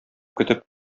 көтеп